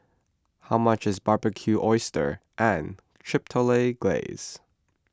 how much is Barbecued Oysters and Chipotle Glaze